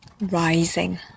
rising